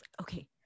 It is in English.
okay